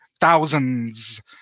thousands